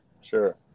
Sure